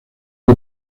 que